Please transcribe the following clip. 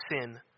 sin